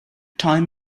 time